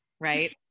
right